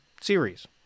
series